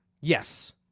yes